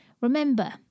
Remember